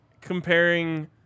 comparing